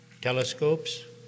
telescopes